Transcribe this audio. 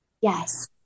Yes